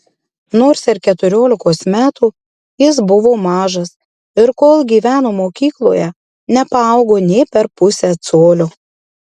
nors ir keturiolikos metų jis buvo mažas ir kol gyveno mokykloje nepaaugo nė per pusę colio